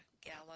gala